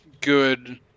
good